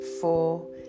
four